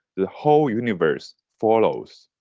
the whole universe follows.